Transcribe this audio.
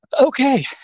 okay